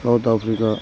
South Africa